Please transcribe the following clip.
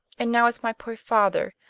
and now it's my poor father.